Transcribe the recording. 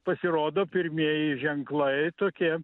pasirodo pirmieji ženklai tokie